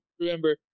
remember